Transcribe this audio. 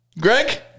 Greg